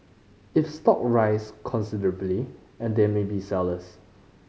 if stock rise considerably and they may be sellers